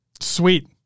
Sweet